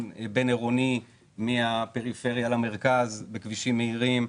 עירוני מהפריפריה למרכז בכבישים מהירים,